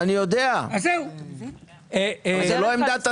אני יודע, אבל זאת לא עמדת השר.